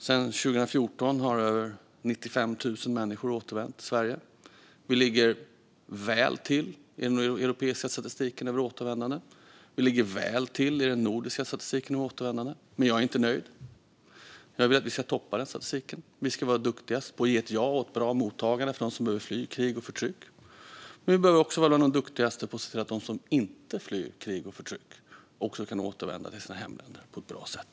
Sedan 2014 har över 95 000 människor återvänt från Sverige. Vi ligger väl till i den europeiska statistiken över återvändanden. Vi ligger väl till i den nordiska statistiken över återvändanden. Men jag är inte nöjd. Jag vill att vi ska toppa den statistiken. Vi ska vara duktigast på att ge ett ja och ett bra mottagande till dem som behöver fly krig och förtryck, men vi behöver också vara duktigast på att se till att de som inte flyr krig och förtryck kan återvända till sina hemländer på ett bra sätt.